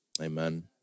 Amen